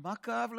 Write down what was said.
מה כאב לך?